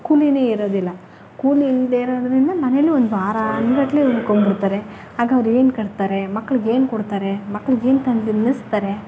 ಕೂಲಿಯೇ ಇರೋದಿಲ್ಲ ಕೂಲಿ ಇಲ್ಲದೆ ಇರೋದರಿಂದ ಮನೆಯಲ್ಲಿ ಒಂದು ವಾರ ಗಟ್ಟಲೆ ಉಳ್ಕೊಂಡು ಬಿಡ್ತಾರೆ ಆಗ ಅವ್ರೇನು ಕಟ್ತಾರೆ ಮಕ್ಳಿಗೆ ಏನು ಕೊಡ್ತಾರೆ ಮಕ್ಳಿಗೆ ಏನು ತಂದು ತಿನ್ನಿಸ್ತಾರೆ